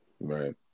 right